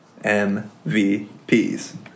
MVPs